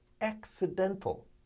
accidental